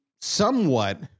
somewhat